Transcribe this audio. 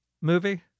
movie